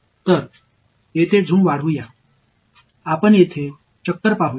எனவே இதைப் பாருங்கள் சுழற்சியை பெரிதாக்கி இங்கே பார்ப்போம்